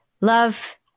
love